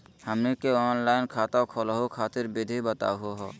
हमनी के ऑनलाइन खाता खोलहु खातिर विधि बताहु हो?